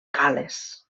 gal·les